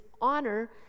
honor